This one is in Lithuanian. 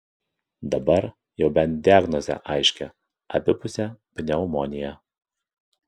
dabar jau bent diagnozė aiški abipusė pneumonija